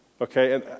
Okay